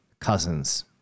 cousins